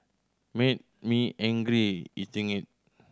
made me angry eating it